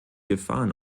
gefahren